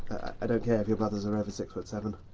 i don't care if your brothers are over six foot seven.